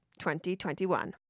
2021